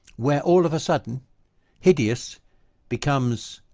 where all of a sudden hideous becomes